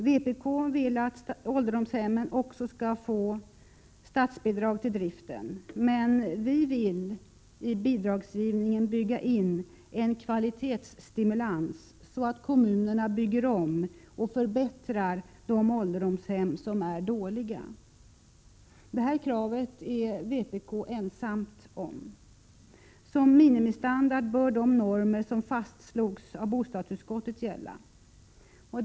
Vpk vill att också ålderdomshemmen skall få statsbidrag till driften, men vi vill i bidragsgivningen bygga in en kvalitetsstimulans, så att kommunerna bygger om och förbättrar de ålderdomshem som är dåliga. Detta krav är vpk ensamt om. Som minimistandard bör de normer som fastslogs av bostadsutskottet gälla.